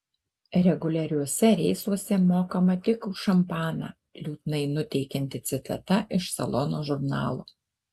reguliariuose reisuose mokama tik už šampaną liūdnai nuteikianti citata iš salono žurnalo